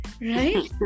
right